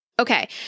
Okay